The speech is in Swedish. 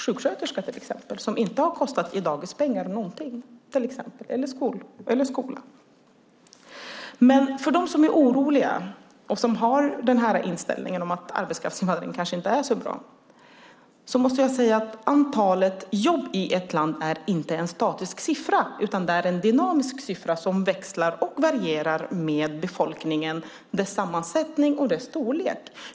Det gäller till exempel en sjuksköterska som inte har kostat någonting i pengar för dagis eller skola. Det finns de som är oroliga och har inställningen att invandringen kanske inte är så bra. För dem vill jag säga att antalet jobb inte är en statisk siffra. Det är en dynamisk siffra som växlar och varierar med befolkningens sammansättning och storlek.